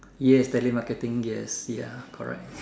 yes telemarketing yes ya correct